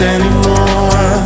anymore